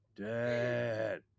dad